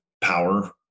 power